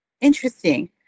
interesting